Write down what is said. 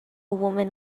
woman